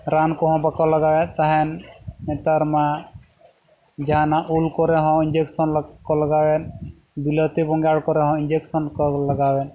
ᱨᱟᱱ ᱠᱚᱦᱚᱸ ᱵᱟᱠᱚ ᱞᱟᱜᱟᱣᱮᱫ ᱛᱟᱦᱮᱱ ᱱᱮᱛᱟᱨ ᱢᱟ ᱡᱟᱦᱟᱱᱟᱜ ᱩᱞ ᱠᱚᱨᱮ ᱦᱚᱸ ᱤᱧᱡᱮᱠᱥᱚᱱ ᱠᱚ ᱞᱟᱜᱟᱣ ᱮᱫ ᱵᱤᱞᱟᱹᱛᱤ ᱵᱚᱸᱜᱟᱭ ᱠᱚᱨᱮ ᱦᱚᱸ ᱤᱧᱡᱮᱠᱥᱚᱱ ᱠᱚ ᱞᱟᱜᱟᱣ ᱮᱫ